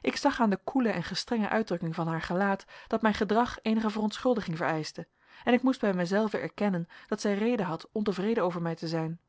ik zag aan de koele en gestrenge uitdrukking van haar gelaat dat mijn gedrag eenige verontschuldiging vereischte en ik moest bij mijzelven erkennen dat zij reden had ontevreden over mij te zijn